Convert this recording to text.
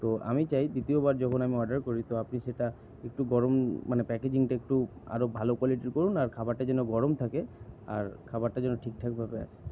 তো আমি চাই দ্বিতীয়বার যখন আমি অর্ডার করি তো আপনি সেটা একটু গরম মানে প্যাকেজিংটা একটু আরও ভালো কোয়ালিটির করুন আর খাবারটা যেন গরম থাকে আর খাবারটা যেন ঠিকঠাকভাবে